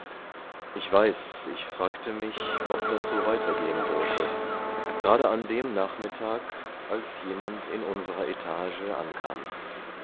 ich weiß ich fragte mich ob das so weitergehen dürfe gerade an dem nachmittag als jemand in unserer etage ankam